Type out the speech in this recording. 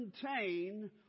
contain